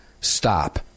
stop